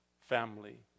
family